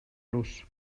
los